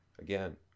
Again